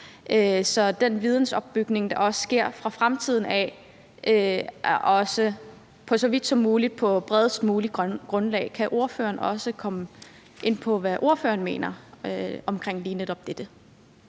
så den vidensopbygning, der også vil ske i fremtiden, så vidt muligt er på bredest mulige grundlag. Kan ordføreren også komme ind på, hvad ordføreren mener om lige netop dette?